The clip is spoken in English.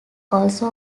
also